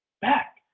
Back